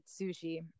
sushi